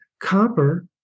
copper